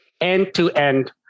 end-to-end